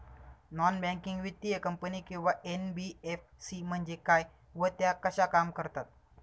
Non banking वित्तीय company किंवा NBFC म्हणजे काय व त्या कशा काम करतात?